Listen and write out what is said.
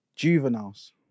Juveniles